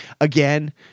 again